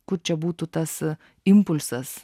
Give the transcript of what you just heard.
kur čia būtų tas impulsas